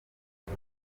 ati